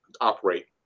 operate